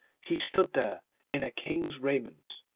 he stood there in a king's raiment,